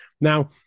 Now